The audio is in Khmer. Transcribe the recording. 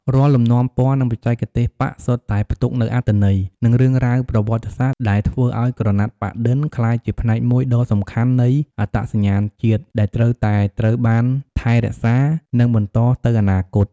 រាល់លំនាំពណ៌ និងបច្ចេកទេសប៉ាក់សុទ្ធតែផ្ទុកនូវអត្ថន័យ និងរឿងរ៉ាវប្រវត្តិសាស្ត្រ ដែលធ្វើឱ្យក្រណាត់ប៉ាក់-ឌិន ក្លាយជាផ្នែកមួយដ៏សំខាន់នៃ អត្តសញ្ញាណជាតិ ដែលត្រូវតែត្រូវបានថែរក្សា និងបន្តទៅអនាគត។